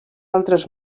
altres